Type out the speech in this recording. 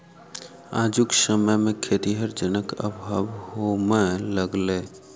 आजुक समय मे खेतीहर जनक अभाव होमय लगलै